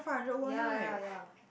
ya ya ya